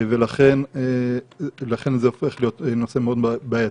ולכן זה הופך להיות נושא מאוד בעייתי.